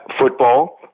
football